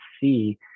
see